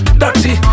dirty